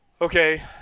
Okay